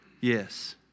yes